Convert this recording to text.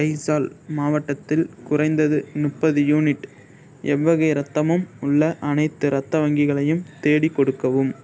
அய்சால் மாவட்டத்தில் குறைந்தது முப்பது யூனிட் எவ்வகை ரத்தமும் உள்ள அனைத்து ரத்த வங்கிகளையும் தேடிக் கொடுக்கவும்